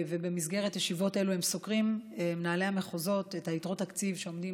ובמסגרת ישיבות אלו סוקרים מנהלי המחוזות את יתרות התקציב שעומדות